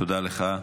תודה לך.